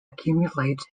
accumulates